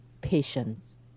patience